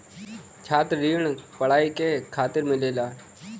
छात्र ऋण पढ़ाई के खातिर मिलेला